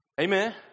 Amen